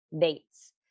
dates